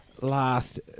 Last